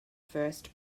first